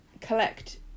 collect